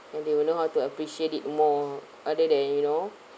then they will know how to appreciate it more rather than you know